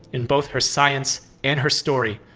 in both her science and her story,